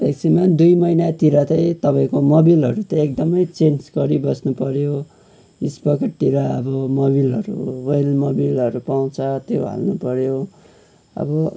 बेसीमा दुई महिनातिर चाहिँ तपाईँको मोबिलहरू त्यही एकदमै चेन्ज गरिबस्नुपर्यो स्पोकतिर अब मोबिलहरू वेल मोबिलहरू पाउँछ त्यो हाल्नुपर्यो अब